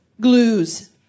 glues